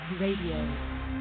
radio